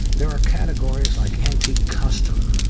there are categories like antique custom,